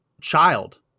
child